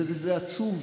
זה עצוב,